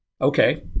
Okay